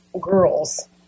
girls